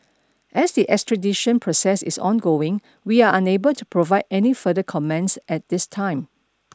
as the extradition process is ongoing we are unable to provide any further comments at this time